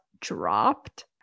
dropped